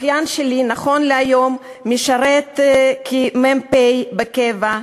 אחיין שלי היום משרת כמ"פ בקבע,